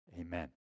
Amen